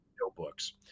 notebooks